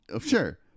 sure